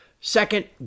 Second